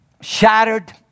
shattered